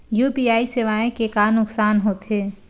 UPI सेवाएं के का नुकसान हो थे?